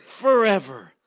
forever